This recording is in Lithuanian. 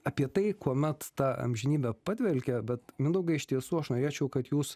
apie tai kuomet ta amžinybė padvelkė bet mindaugai iš tiesų aš norėčiau kad jūs